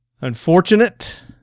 Unfortunate